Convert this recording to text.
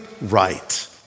right